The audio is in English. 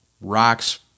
rocks